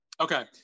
Okay